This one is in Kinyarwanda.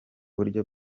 buryo